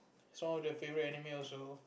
it was one of the favourite anime also